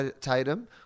Tatum